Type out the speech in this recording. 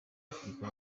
repubulika